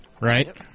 right